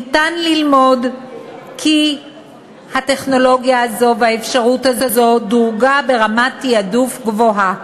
ניתן ללמוד כי הטכנולוגיה הזאת והאפשרות הזאת דורגה ברמת תעדוף גבוהה,